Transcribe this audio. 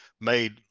made